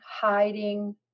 hiding